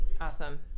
awesome